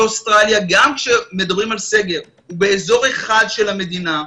באוסטרליה גם כשמדברים על סגר הוא באזור אחד של המדינה.